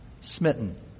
smitten